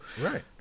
right